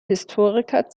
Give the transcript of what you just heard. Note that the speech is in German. historiker